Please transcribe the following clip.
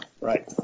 Right